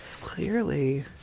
Clearly